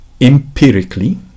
empirically